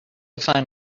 find